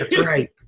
Right